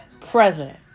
president